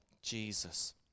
Jesus